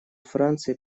франции